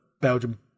Belgium